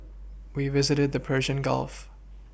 we visited the Persian Gulf